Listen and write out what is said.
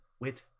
wit